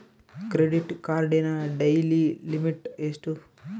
Credit ಕಾರ್ಡಿನ daily limit ಎಷ್ಟು?